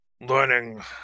learning